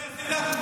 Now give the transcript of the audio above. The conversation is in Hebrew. זה מה שעשית?